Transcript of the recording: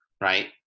right